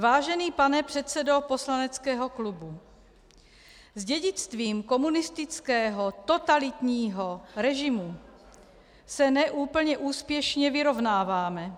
Vážený pane předsedo poslaneckého klubu, s dědictvím komunistického totalitního režimu se ne úplně úspěšně vyrovnáváme.